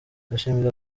ashimira